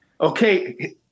Okay